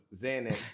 Xanax